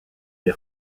des